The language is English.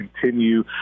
continue